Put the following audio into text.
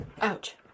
ouch